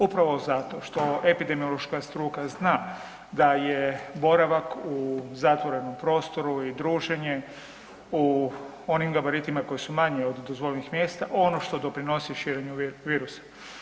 Upravo zato što epidemiološka struka zna da je boravak u zatvorenom prostoru i druženje u onim gabaritima koji su manji od dozvoljenih mjesta, ono što doprinosi širenju virusa.